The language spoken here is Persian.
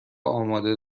آماده